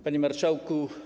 Panie Marszałku!